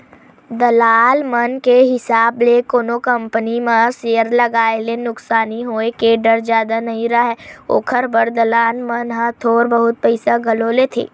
दलाल मन के हिसाब ले कोनो कंपनी म सेयर लगाए ले नुकसानी होय के डर जादा नइ राहय, ओखर बर दलाल मन ह थोर बहुत पइसा घलो लेथें